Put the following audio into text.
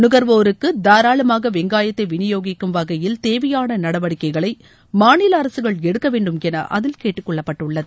நுகர்வோருக்கு தாராளமாக வெங்காயத்தை விநியோகிக்கும் வகையில் தேவையான நடவடிக்கைகளை மாநில அரசுகள் எடுக்க வேண்டுமௌ அதில் கேட்டுக்கொள்ளப்பட்டுள்ளது